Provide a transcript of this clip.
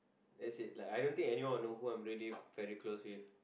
that's it like I don't think anyone know who I'm really very close with